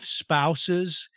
spouses